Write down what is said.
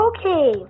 Okay